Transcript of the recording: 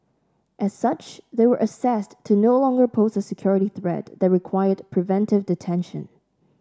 as such they were assessed to no longer pose a security threat that required preventive detention